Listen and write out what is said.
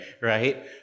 right